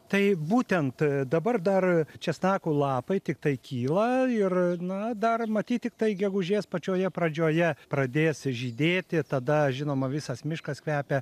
tai būtent dabar dar česnakų lapai tiktai kyla ir na dar matyt tiktai gegužės pačioje pradžioje pradės žydėti tada žinoma visas miškas kvepia